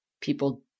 people